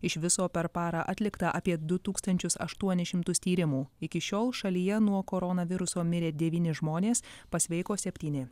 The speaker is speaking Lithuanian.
iš viso per parą atlikta apie du tūkstančius aštuonis šimtus tyrimų iki šiol šalyje nuo koronaviruso mirė devyni žmonės pasveiko septyni